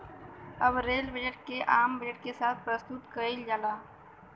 अब rail budget के आम बजट के साथ प्रसतुत कईल जाला